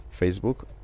Facebook